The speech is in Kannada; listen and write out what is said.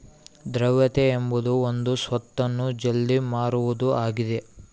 ದ್ರವ್ಯತೆ ಎಂಬುದು ಒಂದು ಸ್ವತ್ತನ್ನು ಜಲ್ದಿ ಮಾರುವುದು ಆಗಿದ